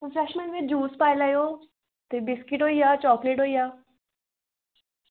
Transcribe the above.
refreshment च juice पाई लैयो ते बिस्किट होइया चॉकलेट होई गेआ